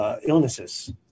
illnesses